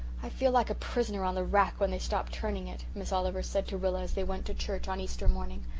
i feel like a prisoner on the rack when they stopped turning it, miss oliver said to rilla, as they went to church on easter morning.